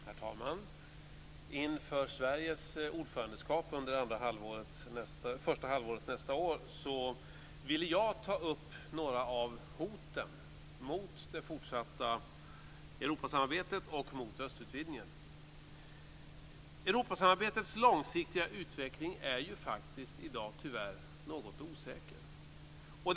Herr talman! Inför Sveriges ordförandeskap under första halvåret nästa år vill jag ta upp några av hoten mot det fortsatta Europasamarbetet och mot östutvidgningen. Europasamarbetets långsiktiga utveckling är ju faktiskt i dag, tyvärr, något osäker.